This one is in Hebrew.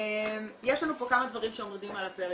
יש לנו כמה דברים שעומדים על הפרק,